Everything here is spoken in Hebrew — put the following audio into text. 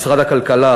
משרד הכלכלה,